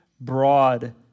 broad